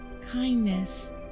kindness